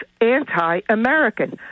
anti-American